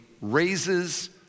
raises